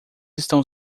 estão